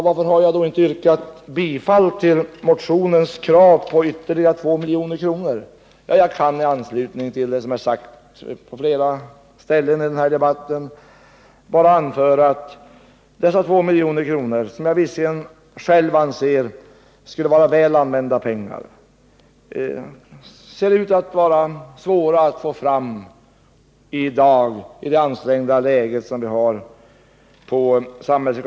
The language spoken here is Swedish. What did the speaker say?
Varför har då inte jag yrkat bifall till motionens krav på ytterligare 2 milj.kr.? Visserligen anser jag att dessa 2 milj.kr. skulle bli väl använda pengar, men i likhet med många andra talare i den här debatten inser jag att det skulle vara svårt att få fram dem i det nuvarande, hårt ansträngda ekonomiska läget.